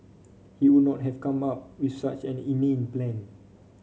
he would not have come up with such an inane plan